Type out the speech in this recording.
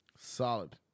Solid